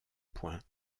poings